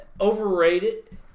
overrated